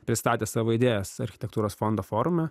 pristatė savo idėjas architektūros fondo forume